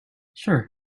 sure